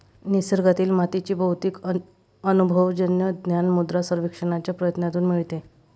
निसर्गातील मातीचे बहुतेक अनुभवजन्य ज्ञान मृदा सर्वेक्षणाच्या प्रयत्नांतून मिळते